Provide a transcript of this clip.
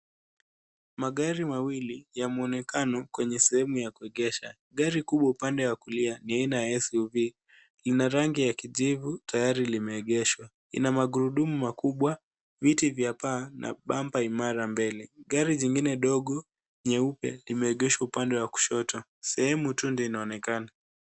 Magari mawili ya mwonekano, kwenye sehemu ya kuegesha. Gari kubwa upande wa kulia ni aina ya SUV. Ina rangi ya kijivu, tayari limeegeshwa. Lina magurudumu makubwa, viti vya paa na bampa Imara mbele. Gari jingine dogo nyeupe, limeegeshwa upande wa kushoto. Sehemu tu ndio inaonekana.